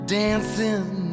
dancing